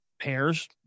pairs